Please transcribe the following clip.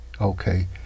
Okay